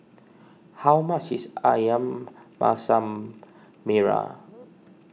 how much is Ayam Masak Merah